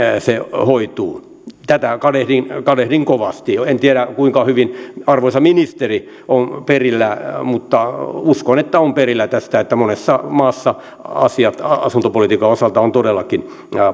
se hoituu tätä kadehdin kadehdin kovasti en tiedä kuinka hyvin arvoisa ministeri on perillä mutta uskon että on perillä tästä että monessa maassa asiat asuntopolitiikan osalta ovat todellakin